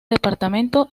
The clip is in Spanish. departamento